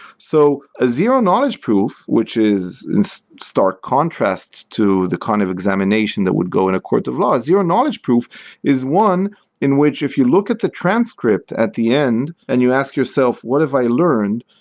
so a zero-knowledge proof, which is in so stark contrast to the kind of examination that would go in a court of law, a zero-knowledge proof is one in which if you look at the transcript at the end and you ask yourself, what have i learned?